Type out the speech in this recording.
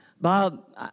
Bob